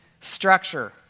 structure